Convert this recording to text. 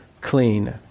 clean